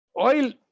oil